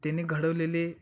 त्याने घडवलेले